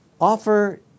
offer